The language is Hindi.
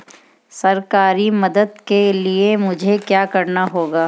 सरकारी मदद के लिए मुझे क्या करना होगा?